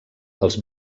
els